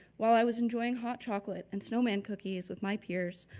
while i was enjoying hot chocolate and snowman cookies with my peers,